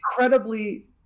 incredibly